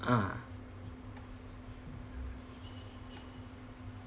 ah